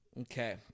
Okay